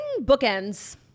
bookends